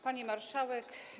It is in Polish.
Pani Marszałek!